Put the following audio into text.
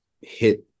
hit